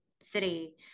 city